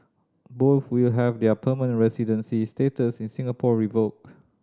both will have their permanent residency status in Singapore revoked